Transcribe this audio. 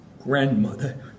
grandmother